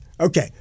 Okay